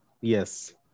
Yes